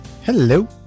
Hello